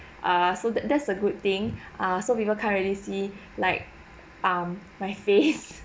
ah so that that's a good thing ah so people can't really see like um my face